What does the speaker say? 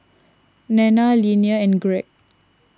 Nanna Linnea and Gregg